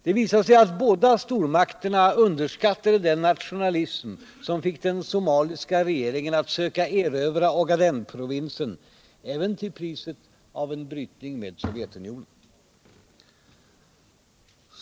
Det visade sig att båda stormakterna underskattade den nationalism, som fick den somaliska regeringen att söka erövra Ogadenprovinsen, även till priset av en brytning med Sovjetunionen.